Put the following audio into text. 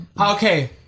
okay